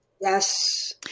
yes